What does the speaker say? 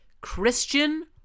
Christian